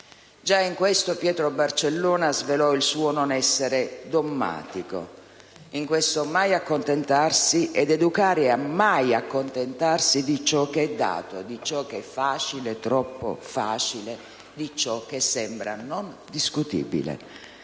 Già in questo Pietro Barcellona svelò il suo non essere dommatico: in questo mai accontentarsi e nell'educare a mai accontentarsi di ciò che è dato, di ciò che è facile, troppo facile, di ciò che sembra non discutibile,